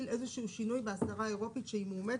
איזשהו שינוי בהסדרה האירופית שהיא מאומצת,